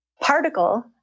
particle